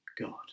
God